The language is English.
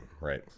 right